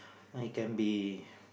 it can be